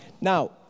Now